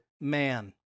man